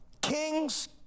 kings